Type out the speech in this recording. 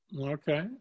Okay